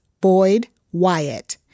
Boyd-Wyatt